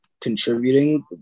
contributing